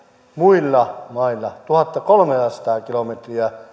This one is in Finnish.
muilla mailla tuhattakolmeasataa kilometriä